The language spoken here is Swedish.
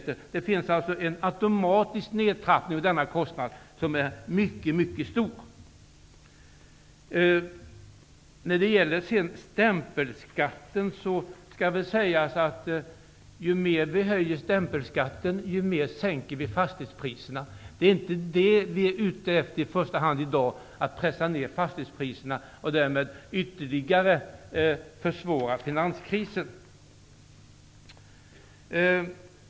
Vi får under angivna förhållanden alltså en mycket kraftig automatisk nedtrappning av denna kostnad. När det sedan gäller stämpelskatten kan väl sägas att ju mer vi höjer denna, desto mer sänker vi fastighetspriserna. Vi är i dag inte i första hand ute efter att pressa ned fastighetspriserna och därmed ytterligare försvåra finanskrisen.